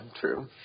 true